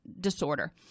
disorder